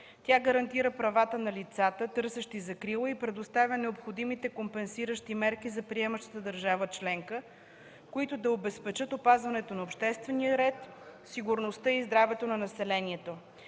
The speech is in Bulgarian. Тя гарантира правата на лицата, търсещи закрила, и предоставя необходимите компенсиращи мерки за приемащата държава членка, които да обезпечат опазването на обществения ред, сигурността и здравето на населението.